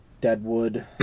Deadwood